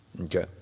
Okay